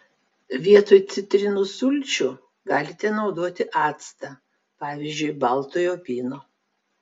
vietoj citrinų sulčių galite naudoti actą pavyzdžiui baltojo vyno